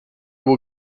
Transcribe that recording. will